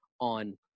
on